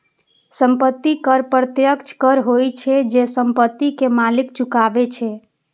संपत्ति कर प्रत्यक्ष कर होइ छै, जे संपत्ति के मालिक चुकाबै छै